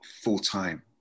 full-time